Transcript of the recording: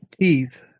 teeth